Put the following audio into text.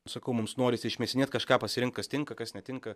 sakau mums norisi išmėsinėt kažką pasirinkt kas tinka kas netinka